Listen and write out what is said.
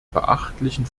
beachtlichen